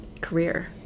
career